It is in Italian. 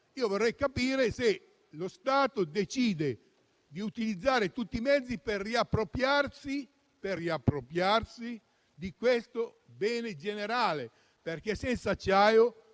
Io vorrei capire se lo Stato decide di utilizzare tutti i mezzi per riappropriarsi di questo bene generale, perché senza acciaio